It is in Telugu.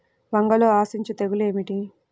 వంగలో ఆశించు తెగులు ఏమిటి?